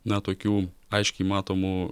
na tokių aiškiai matomų